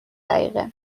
دقیقه